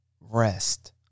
rest